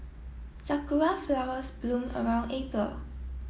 sakura flowers bloom around April